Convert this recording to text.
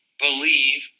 believe